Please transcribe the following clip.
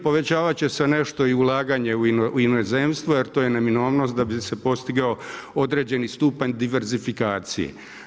Povećavati će se nešto i ulaganje u inozemstvo jer to je neminovnost da bi se postigao određeni stupanj diverzifikacije.